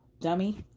dummy